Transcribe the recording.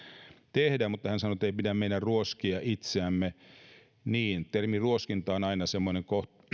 tehdä mutta hän sanoi ettei meidän pidä ruoskia itseämme niin termi ruoskinta on aina semmoinen